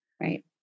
Right